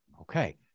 Okay